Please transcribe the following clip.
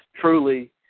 truly